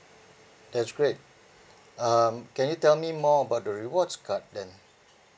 that's great um can you tell me more about the rewards card then